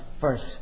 first